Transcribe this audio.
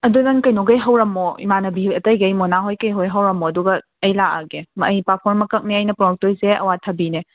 ꯑꯗꯨ ꯅꯪ ꯀꯩꯅꯣꯘꯩ ꯍꯧꯔꯝꯃꯣ ꯏꯃꯥꯟꯅꯕꯤ ꯑꯇꯩꯒꯩ ꯃꯣꯅꯥꯍꯣꯏ ꯀꯩ ꯍꯣꯏ ꯍꯧꯔꯝꯃꯣ ꯑꯗꯨꯒ ꯑꯩ ꯂꯥꯛꯑꯒꯦ ꯑꯩ ꯄꯥꯐꯣꯔ ꯃꯀꯛꯅꯦ ꯑꯩꯅ ꯄꯣꯔꯛꯇꯣꯏꯁꯦ ꯑꯋꯥꯊꯕꯤꯅꯦ